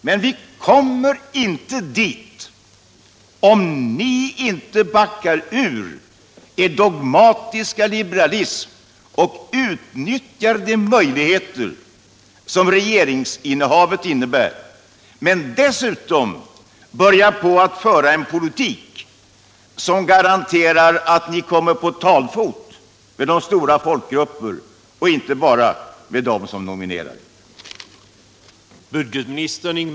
Men vi når inte dit om inte regeringen backar ut Finansdebatt bu tv Finansdebatt ur sin dogmatiska liberalism och utnyttjar de möjligheter som regeringsinnehavet innebär. Dessutom måste ni föra en politik som gör att ni kommer på talefot med stora folkgrupper och inte bara med dem som nominerar er.